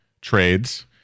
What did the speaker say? trades